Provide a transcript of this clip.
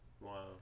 Wow